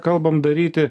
kalbam daryti